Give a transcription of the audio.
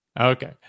Okay